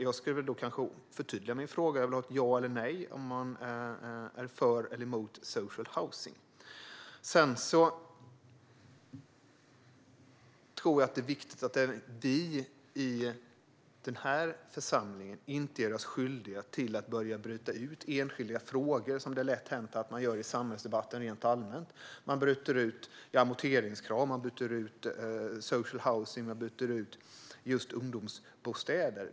Jag förtydligar min fråga och vill ha ett ja eller nej på om man är för social housing. Jag tror att det är viktigt att vi i denna församling inte gör oss skyldiga till att börja bryta ut enskilda frågor, så som det är lätt hänt att man gör i samhällsdebatten rent allmänt. Man bryter ut amorteringskrav, social housing och ungdomsbostäder.